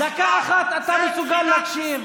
דקה אחת אתה מסוגל להקשיב?